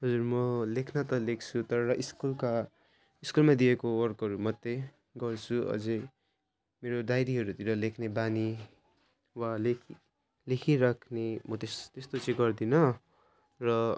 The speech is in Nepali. हजुर म लेख्न त लेख्छु तर स्कुलका स्कुलमा दिएको वर्कहरू मात्र गर्छु अझ मेरो डायरीहरूतिर लेख्ने बानी वा लेख लेखी राख्ने म त्यस त्यस्तो चाहिँ गर्दिनँ र